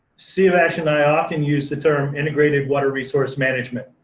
siavash and i often use the term integrated water resource management.